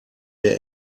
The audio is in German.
der